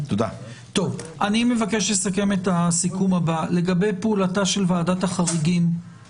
אני מבקש לסכם את הסיכום הבא: לגבי פעולתה של ועדת החריגים,